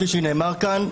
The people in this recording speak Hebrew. כפי שנאמר כאן,